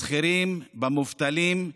בשכירים, במובטלים.